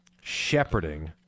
shepherding